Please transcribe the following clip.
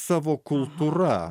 savo kultūra